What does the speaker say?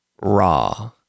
Raw